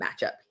matchup